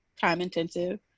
time-intensive